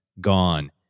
gone